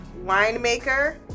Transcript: Winemaker